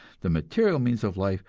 the material means of life,